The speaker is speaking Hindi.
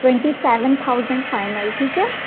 ट्वेंटी सेवन थाउज़ेंड फ़ाइनल ठीक है